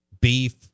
beef